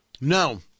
No